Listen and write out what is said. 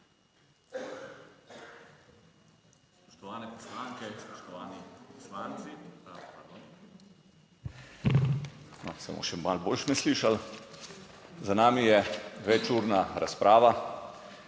Za nami je večurna razprava,